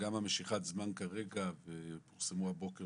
וגה משיכת זמן כרגע ופרסמו הבוקר